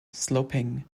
sloping